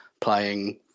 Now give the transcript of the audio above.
playing